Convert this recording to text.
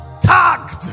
tagged